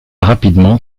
rapidement